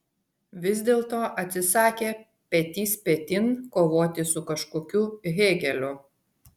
vis dėlto atsisakė petys petin kovoti su kažkokiu hėgeliu